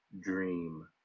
dream